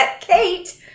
Kate